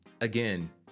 Again